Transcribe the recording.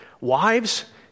Wives